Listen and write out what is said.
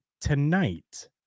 tonight